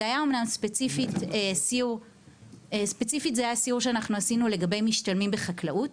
זה אומנם היה ספציפית סיור שעשינו לגבי משתלמים בחקלאות.